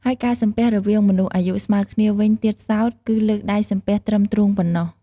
ហើយការសំពះរវាងមនុស្សអាយុស្មើគ្នាវិញទៀតសោត គឺលើកដៃសំពះត្រឹមទ្រូងប៉ុណ្ណោះ។